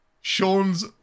Sean's